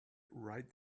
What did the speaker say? right